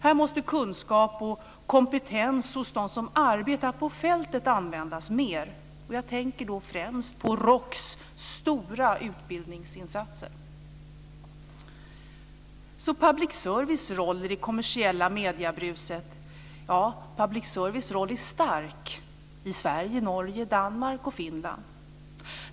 Här måste kunskap och kompetens hos dem som arbetar på fältet användas mer. Jag tänker främst på ROKS stora utbildningsinsatser. I fråga om public services roll i det kommersiella mediebruset, är den stark i Sverige, Norge, Danmark och Finland.